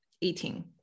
eating